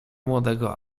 młodego